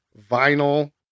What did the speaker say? vinyl